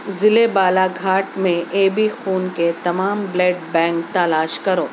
ضلعے بالاگھاٹ میں A B خون کے تمام بلڈ بینک تلاش کرو